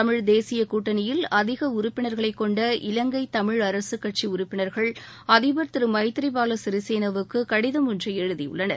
தமிழ் தேசிய கூட்டணியில் அதிக உறுப்பினர்களைக் கொண்ட இலங்கை தமிழ் அரசு கூட்சி உறுப்பினர்கள் அதிபர் திரு மைத்ரி பால சிறிசேனாவுக்கு கடிதம் ஒன்றை எழுதி உள்ளனர்